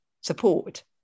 support